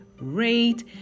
rate